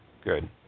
good